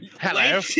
Hello